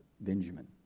Benjamin